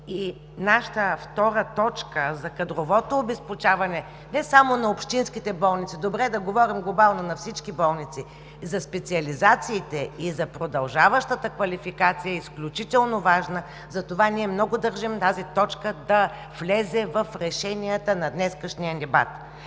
Нашата втора точка – за кадровото обезпечаване, не само на общинските болници, добре, да говорим глобално – на всички болници, за специализациите и за продължаващата квалификация, е изключително важна, затова ние много държим тази точка да влезе в решенията на днешния дебат.